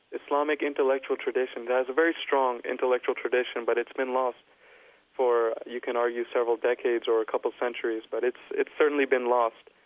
islamic intellectual tradition. it has a very strong intellectual tradition but it's been lost for, you can argue, several decades or a couple centuries. but it's it's certainly been lost,